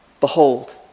behold